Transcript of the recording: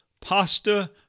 pasta